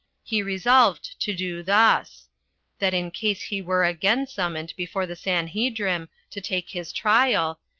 he resolved to do thus that in case he were again summoned before the sanhedrim to take his trial,